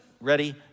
ready